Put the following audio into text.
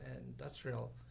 industrial